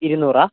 ഇരുന്നൂറോ